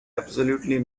absolutely